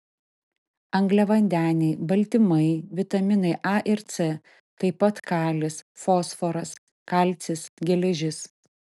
angliavandeniai baltymai vitaminai a ir c taip pat kalis fosforas kalcis geležis